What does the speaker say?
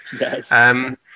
Yes